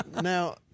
Now